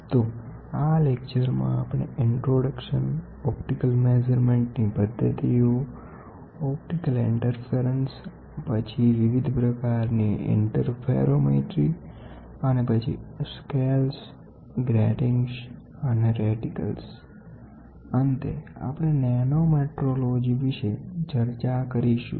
તો આ લેક્ચરમાં આપણે ઇન્ટ્રોડક્શન ઓપ્ટિકલ મેઝરમેન્ટ ની પદ્ધતિઓ ઓપ્ટિકલ ઇન્ટરફેરન્સ પછી વિવિધ પ્રકારની ઇન્ટરફેરોમેટ્રી અને પછી સ્કેલ ગ્રેટિંગ અને રેટિકલ્સ અંતે આપણે નેનો મેટ્રોલોજી વિષે ચર્ચા કરીશું